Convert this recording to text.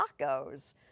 tacos